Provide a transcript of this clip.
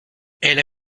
elles